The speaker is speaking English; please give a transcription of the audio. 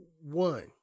One